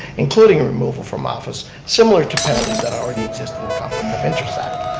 including a removal from office, similar to penalties that already exist in the conflict of interest act.